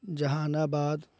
جہان آباد